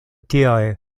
tiaj